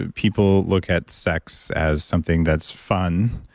ah people look at sex as something that's fun,